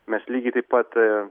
mes lygiai taip pat